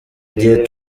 dieu